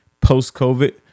post-COVID